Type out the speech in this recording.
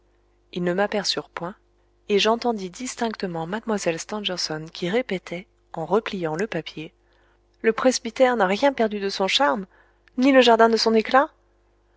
ils ne m'aperçurent point et j'entendis distinctement mlle stangerson qui répétait en repliant le papier le presbytère n'a rien perdu de son charme ni le jardin de son éclat